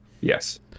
Yes